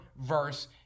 verse